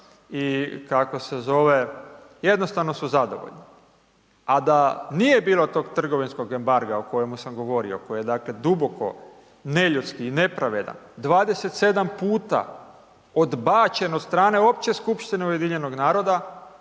i kako se zove, jednostavno su zadovoljni. A da nije bilo tog trgovinskog embarga o kojemu sam govorio, koji je, dakle, duboko neljudski nepravedan, 27 puta odbačen od strane Opće skupštine Ujedinjenog naroda,